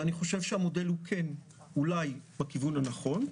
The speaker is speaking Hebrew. ואני חושב שהמודל הוא כן, אולי, בכיוון הנכון,